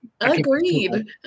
agreed